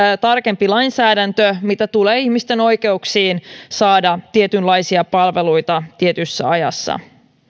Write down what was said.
tarkempi lainsäädäntö mitä tulee ihmisten oikeuksiin saada tietynlaisia palveluita tietyssä ajassa